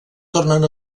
tornen